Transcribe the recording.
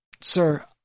Sir